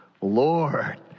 Lord